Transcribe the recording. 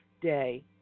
day